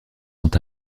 sont